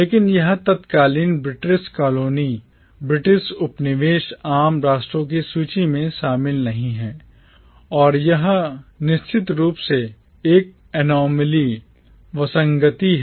लेकिन यह तत्कालीन British colony ब्रिटिश उपनिवेश आम राष्ट्रों की सूची में शामिल नहीं है और यह निश्चित रूप से एक anomaly विसंगति है